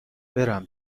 برم